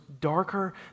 darker